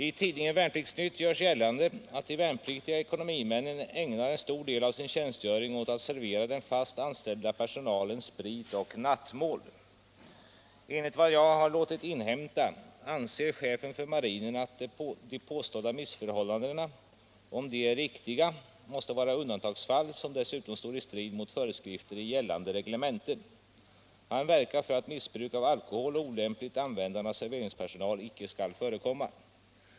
I tidningen Värnplikts-Nytt görs gällande att de värnpliktiga ekonomimännen ägnar stor del av sin tjänstgöring åt att servera den fast anställda personalen sprit och nattmål. Enligt vad jag har låtit inhämta anser chefen för marinen att de påstådda missförhållandena, om de är riktigt återgivna, måste vara undantagsfall som dessutom står i strid mot föreskrifter i gällande reglementen. Han verkar för att missbruk av alkohol och olämpligt användande av serveringspersonal inte skall förekomma.